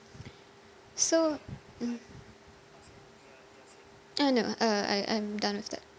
so mm ah no uh I I'm done with that